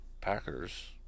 Packers